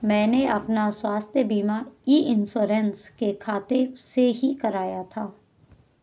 मैंने अपना स्वास्थ्य बीमा ई इन्श्योरेन्स के खाते से ही कराया था